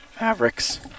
Mavericks